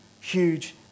Huge